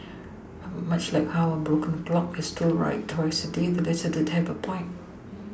but much like how a broken clock is still right twice a day the letter did have a point